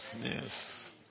Yes